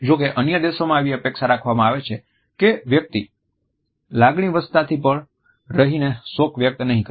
જો કે અન્ય દેશોમાં એવી અપેક્ષા રાખવામાં આવે છે કે વ્યક્તિ લાગણીવશતાથી પર રહીને શોક વ્યક્ત નહીં કરે